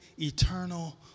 eternal